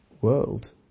world